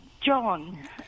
John